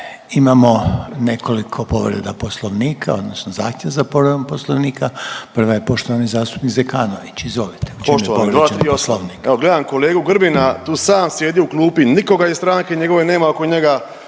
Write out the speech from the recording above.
Imamo nekoliko povreda Poslovnika, odnosno zahtjeva za povredom Poslovnika. Prva je poštovani zastupnik Zekanović, izvolite. **Zekanović, Hrvoje (HDS)** Poštovani 238. Evo gledam kolegu Grbina tu sam sjedi u klupi, nikoga iz stranke njegove nema oko njega.